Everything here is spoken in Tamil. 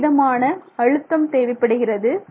என்ன விதமான அழுத்தம் தேவைப்படுகிறது